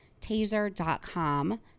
taser.com